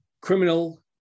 criminal